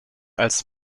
als